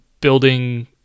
building